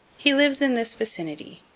he lives in this vicinity.